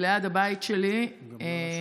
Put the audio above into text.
ליד הבית שלי, את גם גרה שם?